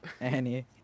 Annie